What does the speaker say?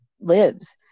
lives